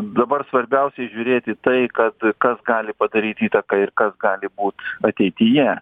dabar svarbiausiai žiūrėt į tai kad kas gali padaryt įtaką ir kas gali būt ateityje